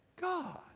God